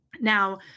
Now